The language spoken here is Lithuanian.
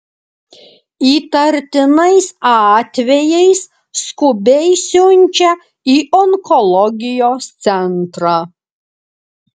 įtartinais atvejais skubiai siunčia į onkologijos centrą